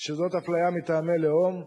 שזאת אפליה מטעמי לאום,